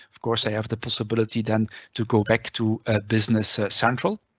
of course i have the possibility then to go back to business central,